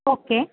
okay